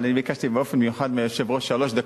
אבל אני ביקשתי באופן מיוחד מהיושב-ראש שלוש דקות,